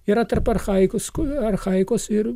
yra tarp archaikos ku archaikos ir